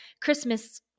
christmas